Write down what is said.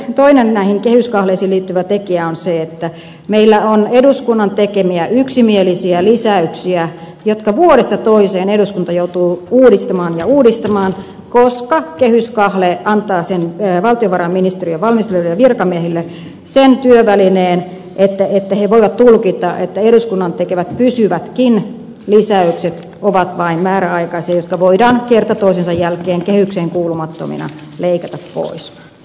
toinen kehyskahleisiin liittyvä tekijä on se että meillä on eduskunnan tekemiä yksimielisiä lisäyksiä jotka vuodesta toiseen eduskunta joutuu uudistamaan ja uudistamaan koska kehyskahle antaa valtiovarainministeriön valmistelijoille ja virkamiehille sen työvälineen että he voivat tulkita että eduskunnan tekemät pysyvätkin lisäykset ovat vain määräaikaisia jotka voidaan kerta toisensa jälkeen kehykseen kuulumattomina leikata pois